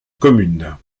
commune